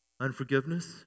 Unforgiveness